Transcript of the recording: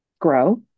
grow